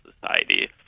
Society